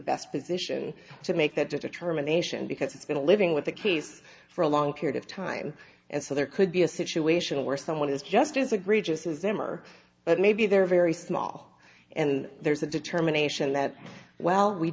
best position to make that determination because it's been a living with the case for a long period of time and so there could be a situation where someone is just as egregious as them are but maybe they're very small and there's a determination that well we